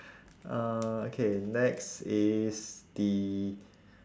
uh okay next is the